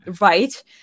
right